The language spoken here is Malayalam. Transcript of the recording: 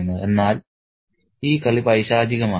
"എന്നാൽ ഈ കളി പൈശാചികമാണ്